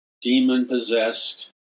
demon-possessed